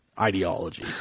Ideology